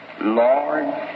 Lord